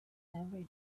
every